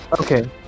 Okay